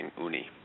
uni